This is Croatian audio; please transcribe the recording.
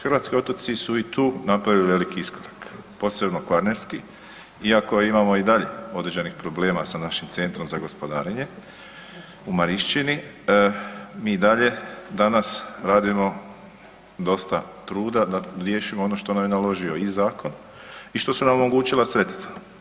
Hrvatski otoci su i tu napravili veliki iskorak, posebno kvarnerski iako imamo i dalje određenih problema sa našim centrom za gospodarenje u Marišćini, mi i dalje danas radimo dosta truda da riješimo ono što nam je naložio i zakon i što su nam omogućila sredstva.